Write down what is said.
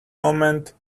moment